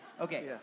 Okay